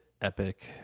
epic